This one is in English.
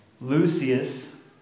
Lucius